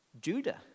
Judah